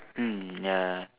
mm ya